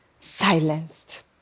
silenced